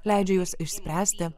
leidžia juos išspręsti